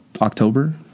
October